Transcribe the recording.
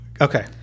Okay